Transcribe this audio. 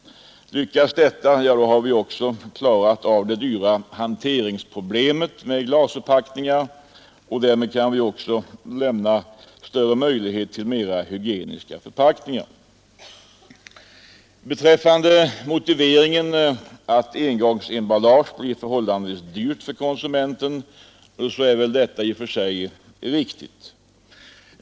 Lyckas detta har vi klarat av det dyra hanteringsproblemet med glasförpackningar och därmed finns det också större möjligheter till mera hygieniska förpackningar. Motiveringen att engångsemballage blir förhållandevis dyrt för konsumenten är väl i och för sig riktig.